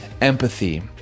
empathy